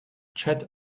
chat